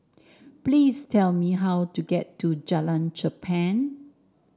please tell me how to get to Jalan Cherpen